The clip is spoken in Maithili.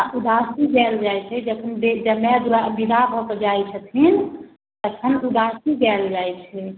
आओर उदासी गाएल जाइ छै जखन जमाइ दुरा विदा भऽ कऽ जाइ छथिन तखन उदासी गाएल जाइ छै